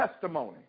testimony